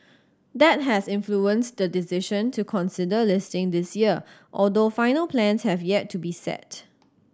that has influenced the decision to consider listing this year although final plans have yet to be set